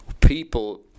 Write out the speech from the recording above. people